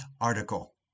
article